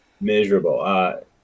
miserable